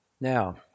Now